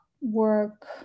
work